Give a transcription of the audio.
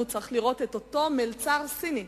והוא צריך לראות את אותו מלצר סיני.